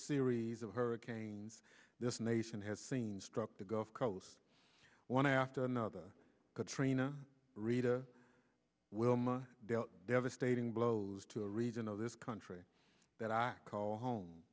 series of hurricanes this nation has seen struck the gulf coast one after another katrina rita wilma devastate thing blows to a region of this country that i call home